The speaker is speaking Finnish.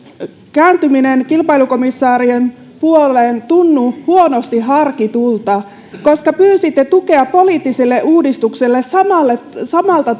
kääntyminen kilpailukomissaarin puoleen tunnu huonosti harkitulta koska pyysitte tukea poliittiselle uudistukselle samalta